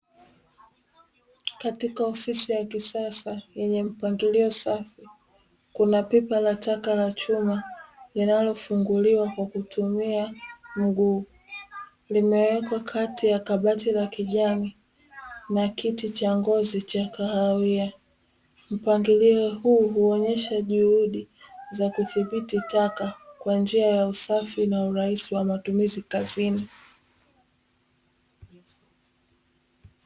Katika ofisi ya kisasa yenye mpangilio safi, kuna pipa la taka la chuma linalofunguliwa kwa kutumia mguu. Limewekwa kati ya kabati la kijani na kiti cha ngozi cha kahawia. Mpangilio huu huonyesha juhudi za kudhibiti taka kwa njia ya usafi na urahisi wa matumizi kazini.